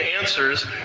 answers